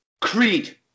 Creed